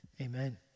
amen